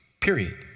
period